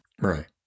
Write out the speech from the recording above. Right